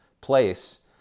place